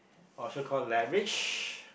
or so call leverage